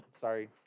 sorry